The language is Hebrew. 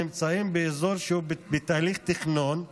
נמצאים באזור שהוא בתהליך תכנון,